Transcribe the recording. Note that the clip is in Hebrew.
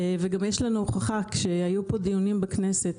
וגם יש לנו הוכחה: כשהיו דיונים בכנסת,